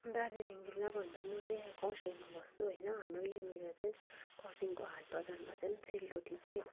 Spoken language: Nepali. दार्जिलिङ जिल्ला भन्दा म चाहिँ यहाँ खरसाङमा बस्छु होइन हाम्रो यहाँनिर चाहिँ खरसाङको हाट बजारमा चाहिँ सेल रोटी चाहिँ